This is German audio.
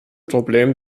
problem